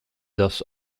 thus